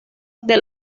del